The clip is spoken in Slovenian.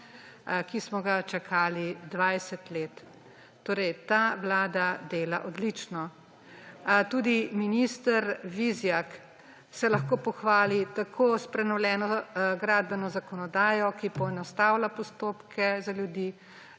ki smo ga čakali 20 let. Torej ta vlada dela odlično. Tudi minister Vizjak se lahko pohvali tako s prenovljeno gradbeno zakonodajo, ki poenostavlja postopke za ljudi.